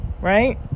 right